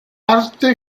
parte